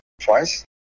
twice